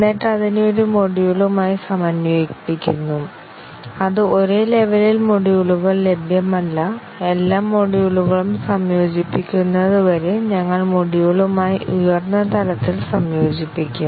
എന്നിട്ട് അതിനെ ഒരു മൊഡ്യൂളുമായി സമന്വയിപ്പിക്കുന്നു അത് ഒരേ ലെവെലിൽ മൊഡ്യൂളുകൾ ലഭ്യമല്ല എല്ലാ മൊഡ്യൂളുകളും സംയോജിപ്പിക്കുന്നതുവരെ ഞങ്ങൾ മൊഡ്യൂളുമായി ഉയർന്ന തലത്തിൽ സംയോജിപ്പിക്കും